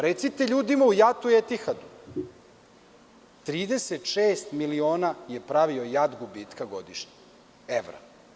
Recite ljudima u JAT Etihadu, 36 miliona je pravio JAT gubitka godišnje evra.